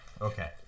okay